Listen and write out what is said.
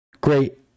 Great